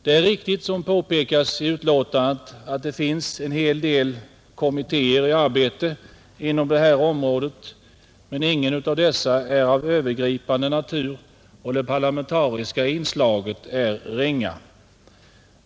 Det är riktigt, som påpekas i betänkandet, att det finns en hel del kommittéer i arbete inom det här området, men ingen av dessa är av övergripande natur, och det parlamentariska inslaget är ringa.